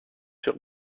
sur